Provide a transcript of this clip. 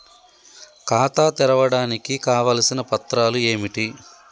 ఖాతా తెరవడానికి కావలసిన పత్రాలు ఏమిటి?